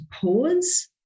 pause